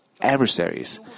adversaries